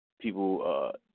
people